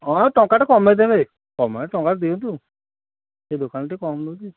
ହଁ ଟଙ୍କାଟେ କମାଇଦେବେ ତମେ ଟଙ୍କାଟେ ଦିଅନ୍ତୁ ସେ ଦୋକାନ ଟିକେ କମ୍ ଦଉଛି